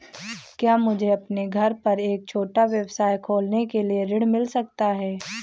क्या मुझे अपने घर पर एक छोटा व्यवसाय खोलने के लिए ऋण मिल सकता है?